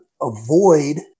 avoid